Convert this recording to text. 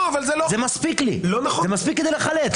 זה מספיק לי כדי לחלט.